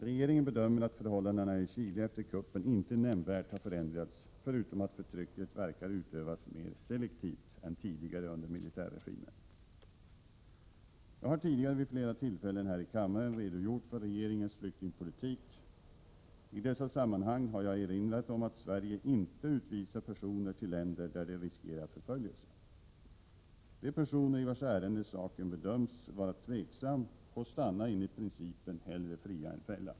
Regeringen bedömer att förhållandena i Chile efter kuppen inte nämnvärt har förändrats, förutom att förtrycket verkar utövas mer selektivt än tidigare under militärregimen. Jag har tidigare vid flera tillfällen här i kammaren redogjort för regeringens flyktingpolitik. I dessa sammanhang har jag erinrat om att Sverige inte utvisar personer till länder där de riskerar förföljelse. De personer i vilkas ärenden saken bedöms vara tvivelaktig får stanna enligt principen ”hellre fria än fälla”.